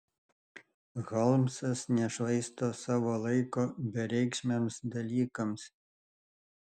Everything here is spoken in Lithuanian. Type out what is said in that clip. holmsas nešvaisto savo laiko bereikšmiams dalykams